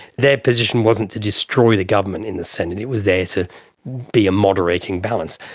their position wasn't to destroy the government in the senate, it was there to be a moderating balance.